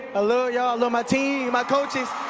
i love ya'll, love my team, my coaches.